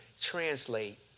translate